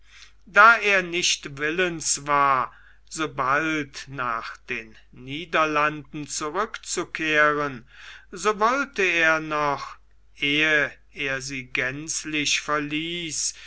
da er nicht willens war so bald nach den niederlanden zurückzukehren so wollte er noch ehe er sie gänzlich verließ